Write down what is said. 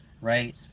right